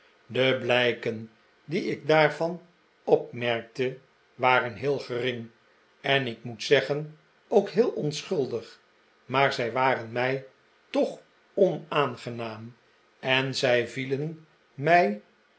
de blijken die ik daarvan opmerkte waren heel gering en ik moet zeggen ook heel onschuldig maar zij waren mij toch onaangenaam en zij vielen mij